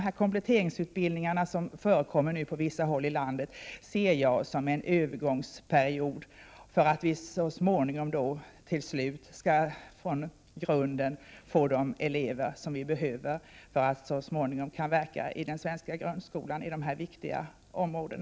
De kompletteringsutbildningar som nu förekommer på vissa håll i landet ser jag som något övergående och att vi så småningom redan från grunden skall få de elever som behövs och som skall kunna verka i den svenska grundskolan på dessa viktiga områden.